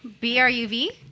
B-R-U-V